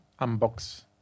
unbox